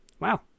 Wow